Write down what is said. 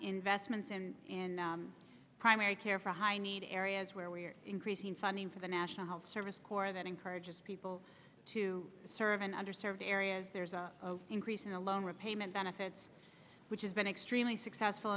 investments and in primary care for a high need areas where we're increasing funding for the national health service corps that encourages people to serve in under served areas there's a increase in the loan repayment benefits which has been extremely successful